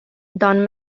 don